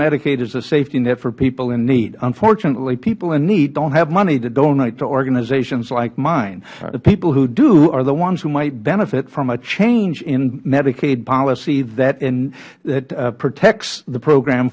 medicaid as a safety net for people in need unfortunately people in need dont have money to donate to organizations like mine the people who dont are the ones who might benefit from a change in medicaid policy that protects the program